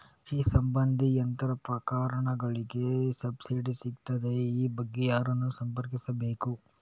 ಕೃಷಿ ಸಂಬಂಧಿ ಯಂತ್ರೋಪಕರಣಗಳಿಗೆ ಸಬ್ಸಿಡಿ ಸಿಗುತ್ತದಾ? ಈ ಬಗ್ಗೆ ಯಾರನ್ನು ಸಂಪರ್ಕಿಸಬೇಕು?